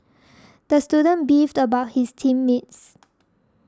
the student beefed about his team mates